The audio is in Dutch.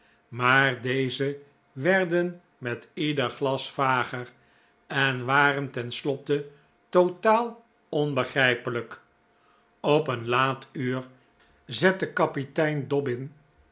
maar deze werden met ieder glas vager en waren ten slotte totaal onbegrijpelijk op een laat uur zette kapitein